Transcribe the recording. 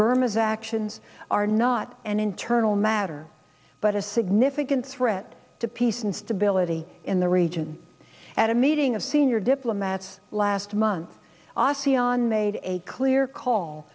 burma's actions are not an internal matter but a significant threat to peace and stability in the region at a meeting of senior diplomats last month ossie on made a clear call